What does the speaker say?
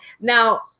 Now